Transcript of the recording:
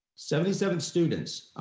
seventy seven students,